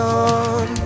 on